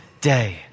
day